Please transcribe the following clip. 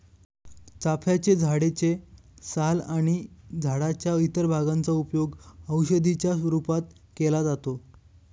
चाफ्याच्या झाडे चे साल आणि झाडाच्या इतर भागांचा उपयोग औषधी च्या रूपात केला जातो